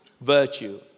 virtue